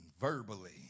verbally